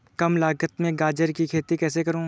कम लागत में गाजर की खेती कैसे करूँ?